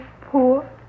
poor